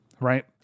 Right